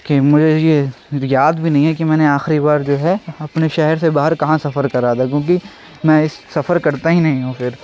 کہ مجھے یہ یاد بھی نہیں ہے کہ میں نے آخری بار جو ہے اپنے شہر سے باہر کہاں سفر کرا تھا کیونکہ میں سفر کرتا ہی نہیں ہوں پھر